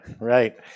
Right